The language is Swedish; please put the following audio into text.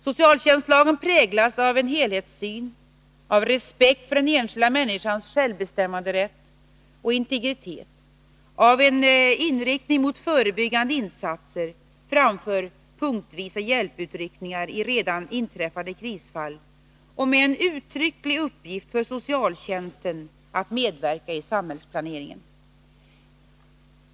Socialtjänstlagen präglas av en helhetssyn, av respekt för den enskilda människans självbestämmanderätt och integritet, av en inriktning mot förebyggande insatser framför punktvisa hjälputryckningar i redan inträffade krisfall och med en uttrycklig uppgift för socialtjänsten att medverka i samhällsplaneringen.